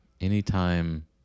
Anytime